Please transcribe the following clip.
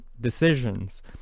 decisions